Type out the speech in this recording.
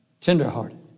tenderhearted